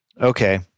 okay